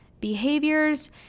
behaviors